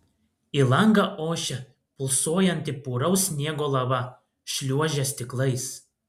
į langą ošė pulsuojanti puraus sniego lava šliuožė stiklais